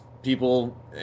people